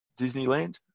Disneyland